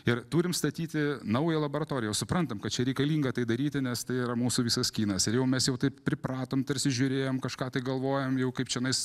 ir turim statyti naują laboratoriją jau suprantam kad čia reikalinga tai daryti nes tai yra mūsų visas kinas ir jau mes jau taip pripratom tarsi žiūrėjom kažką tai galvojom jau kaip čionais